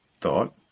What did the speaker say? thought